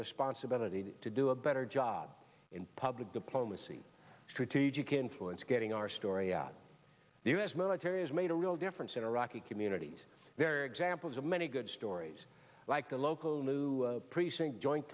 responsibility to do a better job in public diplomacy strategic influence getting our story out the u s military has made a real difference in iraqi communities there examples of many good stories like the local new precinct join